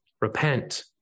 repent